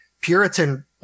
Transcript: Puritan